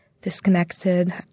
disconnected